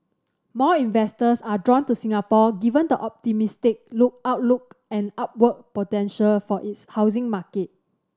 more investors are drawn to Singapore given the optimistic look outlook and upward potential for its housing market